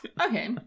Okay